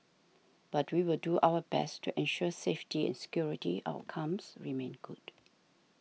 but we will do our best to ensure safety and security outcomes remain good